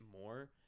more